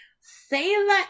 Sailor